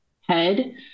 head